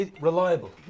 reliable